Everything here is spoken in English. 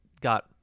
got